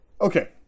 Okay